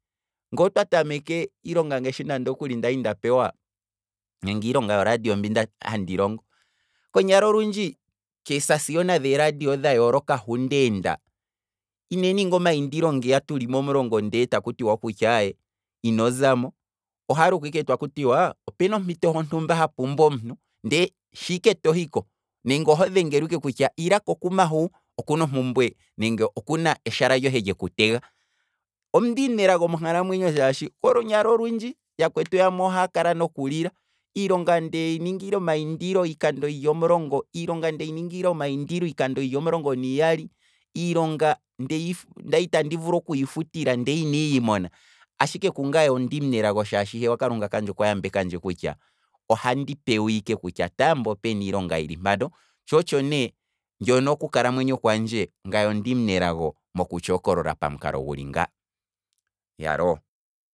Ngoo twa tameke iilonga, ngashi ngaa kwali nda pewa, nenge iilonga yoradio mbi handi longo, konyala olundji kee sasiona dhe radio dheeradio dha yooloka hu ndeenda, ine ninga omayindilo ngeya tulimo omulongo ndee taku tiwa kutya aye, ino zamo, ohaluka ike taku tiwaa opena ompinto yontumba yapumbwa omuntu ndee shike tohiko, nenge oho dhengelwa ike kutya ila huka okuna ompumbwe nenge eshala lyohe leku tega, ondi munelago monkalamwenyo shaashi kolunyala olundji, yakwetu yamwe ohaa kala nokulila; iilonga ndeyi ningila omayindilo iikando yili omulongo, iilonga ndeyi ningila omayindilo iikando yili omulongo niiyali, iilonga ndali tandi yivulu okuyi futila ndele inandi yimona, ashike kungaye ondimunelago shaashi, kalunga kandje okwa yambekandje kutya, ohandi pewa ike kutya taamba opena iilonga yili mpano, tsho otsho nee mbyono oku kalamwenyo kwandje ngaye ondi munelago okutshi hokolola pomukalo gwatsha ngaa, iyaloo!